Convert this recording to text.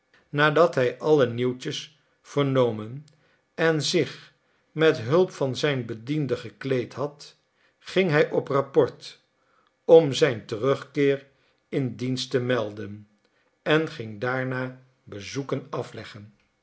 nadat hij alle nieuwtjes vernomen en zich met hulp van zijn bediende gekleed had ging hij op rapport om zijn terugkeer in dienst te melden en ging daarna bezoeken afleggen